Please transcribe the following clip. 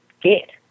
get